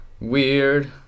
Weird